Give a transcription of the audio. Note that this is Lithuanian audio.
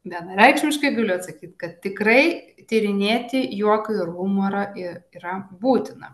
vienareikšmiškai galiu atsakyt kad tikrai tyrinėti juoką ir humorą i yra būtina